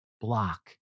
block